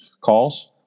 calls